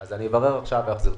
אני אברר עכשיו ואחזיר תשובה.